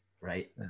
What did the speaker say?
right